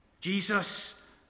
Jesus